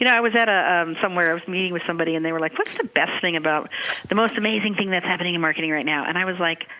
you know i was ah um somewhere. i was meeting with somebody, and they were like, what's the best thing about the most amazing thing that's happening in marketing right now? and i was like,